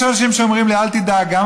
יש אנשים שאומרים: אל תדאג,